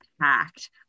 packed